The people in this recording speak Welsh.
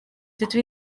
dydw